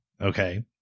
Okay